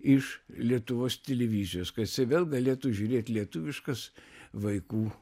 iš lietuvos televizijos ka jisai vėl galėtų žiūrėt lietuviškas vaikų